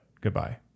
goodbye